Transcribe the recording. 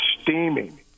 steaming